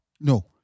No